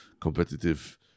competitive